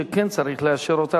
שכן צריך לאשר אותה,